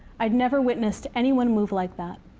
i never witnessed anyone move like that.